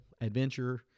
adventure